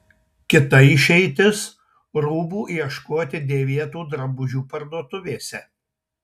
kita išeitis rūbų ieškoti dėvėtų drabužių parduotuvėse